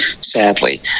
sadly